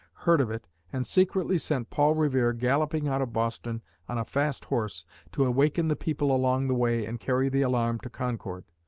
heard of it and secretly sent paul revere galloping out of boston on a fast horse to awaken the people along the way and carry the alarm to concord.